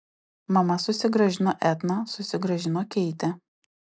mama susigrąžino etną susigrąžino keitę